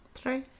three